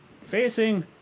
facing